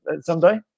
someday